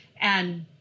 And-